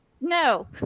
No